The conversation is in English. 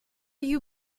you